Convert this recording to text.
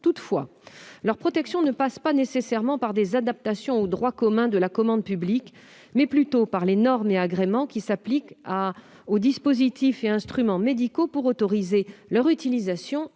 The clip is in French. Toutefois, la protection de ces données ne passe pas nécessairement par des adaptions au droit commun de la commande publique, mais plutôt par les normes et agréments qui s'appliquent aux dispositifs et instruments médicaux pour autoriser leur utilisation